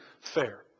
fair